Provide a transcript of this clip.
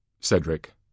Cedric